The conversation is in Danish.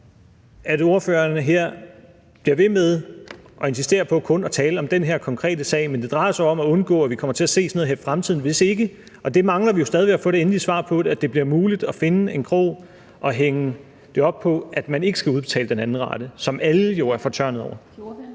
at spørgeren her bliver ved med at insistere på kun at tale om den her konkrete sag, men det drejer sig jo om at undgå, at vi kommer til at se sådan noget her i fremtiden; altså at det bliver muligt – og det mangler vi stadig væk at få det endelige svar på – at finde en krog at hænge det op på, i forhold til at man ikke skal udbetale den anden rate, som alle jo er fortørnede over